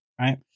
Right